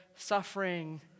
suffering